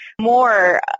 more